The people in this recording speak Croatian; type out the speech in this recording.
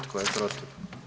Tko je protiv?